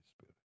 Spirit